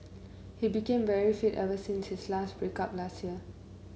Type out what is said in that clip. he became very fit ever since his last break up last year